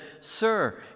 sir